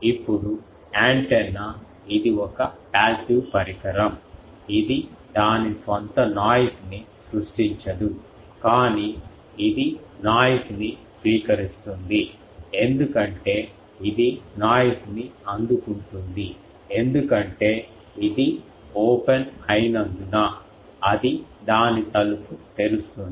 ఇప్పుడు యాంటెన్నా ఇది ఒక పాసివ్ పరికరం ఇది దాని స్వంత నాయిస్ ని సృష్టించదు కానీ ఇది నాయిస్ ని స్వీకరిస్తుంది ఎందుకంటే ఇది నాయిస్ ని అందుకుంటుంది ఎందుకంటే ఇది ఓపెన్ అయినందున అది దాని తలుపు తెరుస్తోంది